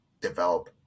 develop